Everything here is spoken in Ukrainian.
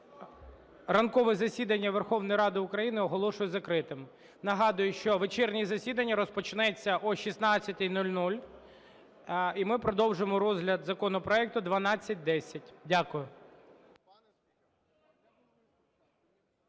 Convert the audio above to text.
Ранкове засідання Верховної Ради України оголошую закритим. Нагадую, що вечірнє засідання розпочнеться о 16:00, і ми продовжимо розгляд законопроекту 1210. Дякую.